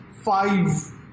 five